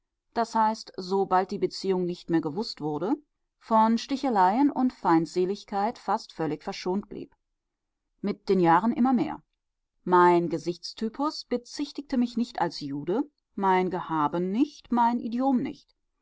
das heißt sobald die beziehung nicht mehr gewußt wurde von sticheleien und feindseligkeit fast völlig verschont blieb mit den jahren immer mehr mein gesichtstypus bezichtigte mich nicht als jude mein gehaben nicht mein idiom nicht